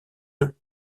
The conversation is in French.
œufs